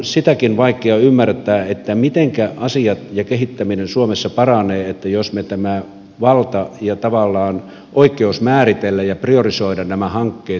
sitäkin on vaikea ymmärtää mitenkä asiat ja kehittäminen suomessa paranevat jos me tämän vallan ja tavallaan oikeuden määritellä ja priorisoida nämä hankkeet siirrämme ministeriöön